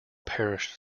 parish